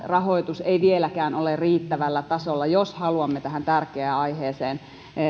rahoitus ei vieläkään ole riittävällä tasolla jos haluamme tähän tärkeään aiheeseen